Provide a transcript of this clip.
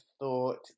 thought